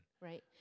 Right